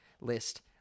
list